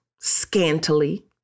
scantily